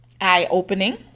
eye-opening